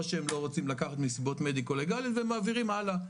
או שהם לא רוצים לקחת מסיבות מדי-קוליגיאליות והם מעבירים הלאה.